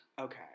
Okay